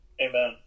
Amen